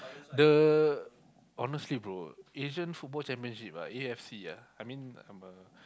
the honestly bro Asian Football Championship ah A_F_C ah I mean I'm a